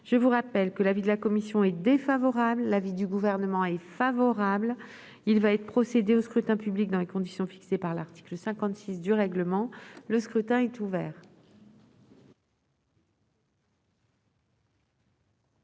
Je rappelle que l'avis de la commission est défavorable et que celui du Gouvernement est favorable. Il va être procédé au scrutin dans les conditions fixées par l'article 56 du règlement. Le scrutin est ouvert.